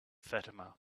fatima